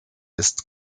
ist